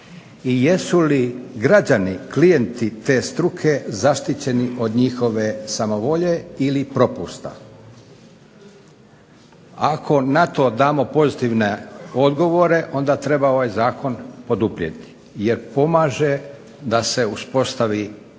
jesu li građani klijenti te struke zaštićeni od njihove samovolje ili propusta. Ako na to damo pozitivne odgovore onda treba ovaj zakon poduprijeti jer pomaže da se uspostavi